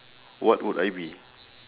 what would I be